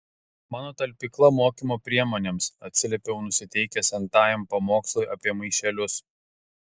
mano talpykla mokymo priemonėms atsiliepiau nusiteikęs n tajam pamokslui apie maišelius